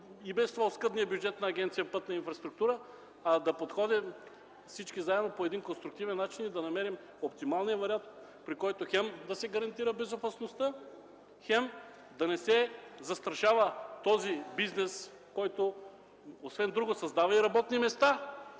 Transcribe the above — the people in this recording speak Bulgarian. и без това оскъдния бюджет на Агенция „Пътна инфраструктура”, а всички заедно да подходим по един конструктивен начин и да намерим оптималния вариант, при който хем да се гарантира безопасността, хем да не се застрашава този бизнес, който освен друго създава и работни места,